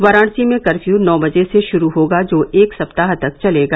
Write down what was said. वाराणसी में कर्फ्यू नौ बजे से शुरू होगा जो एक सप्ताह तक चलेगा